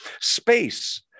Space